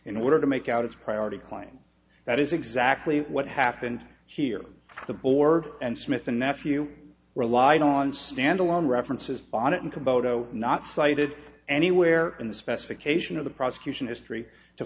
in order to make out its priority client that is exactly what happened here the board and smith and nephew relied on stand alone references on it and to bodo not cited anywhere in the specification of the prosecution history to